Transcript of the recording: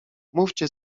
mówcie